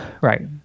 Right